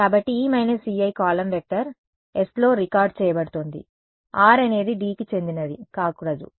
కాబట్టి E Ei column vector s లో record చేయబడుతోంది r అనేది dకి చెందినది కాకూడదు